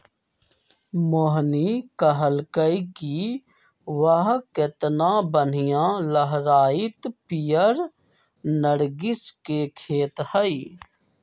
मोहिनी कहलकई कि वाह केतना बनिहा लहराईत पीयर नर्गिस के खेत हई